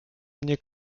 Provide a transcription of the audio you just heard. mnie